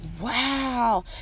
wow